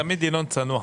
תמיד ינון צנוע.